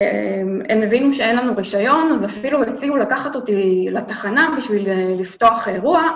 הם הבינו שאין לנו רישיון אז אפילו הציעו לקחת אותי לתחנה ולפתוח אירוע,